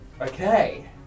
Okay